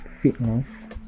fitness